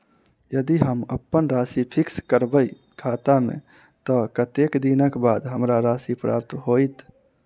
यदि हम अप्पन राशि फिक्स करबै खाता मे तऽ कत्तेक दिनक बाद हमरा राशि प्राप्त होइत?